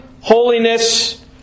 holiness